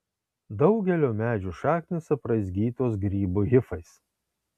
daugelio medžių šaknys apraizgytos grybų hifais